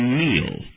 meal